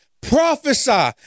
prophesy